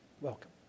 welcome